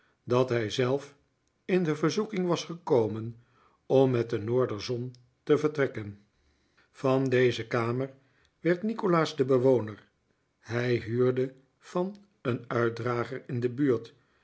dat hij zelf in de verzoeking was gekomen om met de noorderzon te vertrekken van deze kamer werd nikolaas bewoner hij huurde van een uitdrager in de buurt